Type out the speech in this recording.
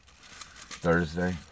Thursday